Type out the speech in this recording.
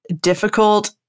difficult